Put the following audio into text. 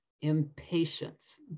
impatience